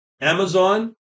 Amazon